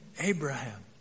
Abraham